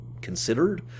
considered